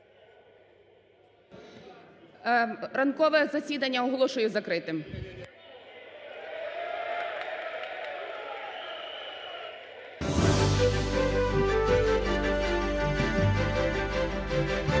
Ранкове засідання оголошую закритим.